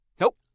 nope